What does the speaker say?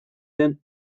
den